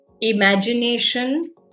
imagination